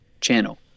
channel